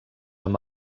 amb